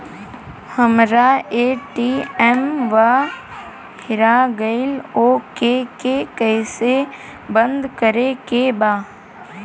हमरा ए.टी.एम वा हेरा गइल ओ के के कैसे बंद करे के बा?